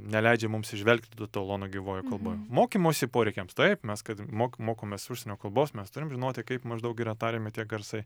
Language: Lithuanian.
neleidžia mums įžvelgti tų etalonų gyvojoj kalboj mokymosi poreikiams taip mes kad mok mokomės užsienio kalbos mes turim žinoti kaip maždaug yra tariami tie garsai